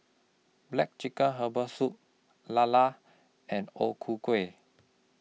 Black Chicken Herbal Soup Lala and O Ku Kueh